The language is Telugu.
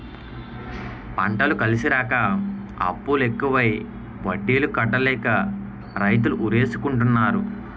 పంటలు కలిసిరాక అప్పులు ఎక్కువై వడ్డీలు కట్టలేక రైతులు ఉరేసుకుంటన్నారు